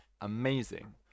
amazing